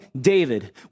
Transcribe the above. David